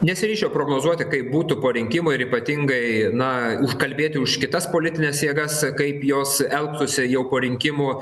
nesiryšiu prognozuoti kaip būtų po rinkimų ir ypatingai na užkalbėti už kitas politines jėgas kaip jos elgtųsi jau po rinkimų